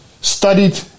studied